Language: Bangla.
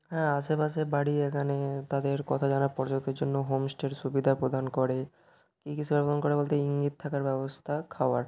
হ্যাঁ আশেপাশে বাড়ি এখানে তাদের কথা জানা প্রজাতির জন্য হোম স্টের সুবিধা প্রদান করে কী কী সেরকম করে বলতে ইঙ্গিত থাকার ব্যবস্থা খাওয়ার